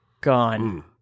Gone